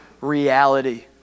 reality